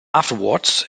afterwards